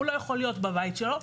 הוא לא יכול להיות בבית שלו.